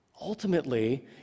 Ultimately